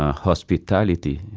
ah hospitality,